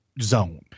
Zone